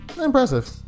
Impressive